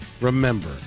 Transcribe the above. remember